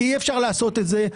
כי אי-אפשר לעשות את זה.